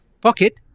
Pocket